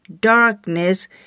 darkness